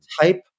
type